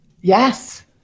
Yes